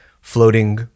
floating